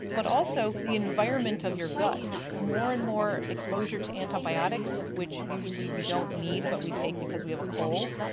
but also the environment of your gut. more and more exposure to antibiotics, which usually we don't need but we take because we have a cold,